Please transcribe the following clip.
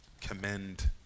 commend